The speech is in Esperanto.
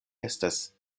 estas